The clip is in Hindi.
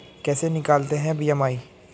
कैसे निकालते हैं बी.एम.आई?